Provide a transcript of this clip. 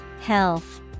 Health